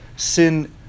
sin